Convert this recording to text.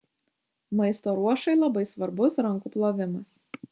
maisto ruošai labai svarbus rankų plovimas